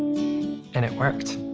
and it worked.